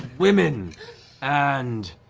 women and